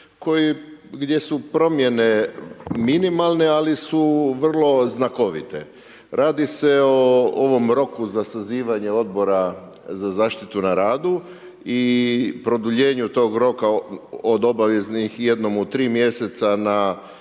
gdje su promjene minimalne ali su vrlo znakovite. Radi se o ovom roku za sazivanje odbora za zaštitu na radu i produljenju tog roka od obaveznih jednom u 3 mj. na